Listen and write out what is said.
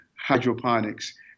hydroponics